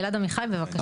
אלעד עמיחי, בבקשה.